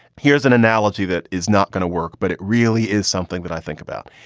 here's an analogy that is not going to work, but it really is something that i think about.